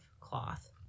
cloth